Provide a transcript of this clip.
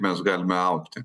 mes galime augti